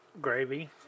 Gravy